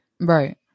Right